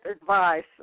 advice